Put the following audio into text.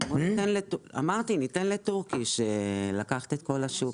ניתן לתורכים לקחת את כל השוק.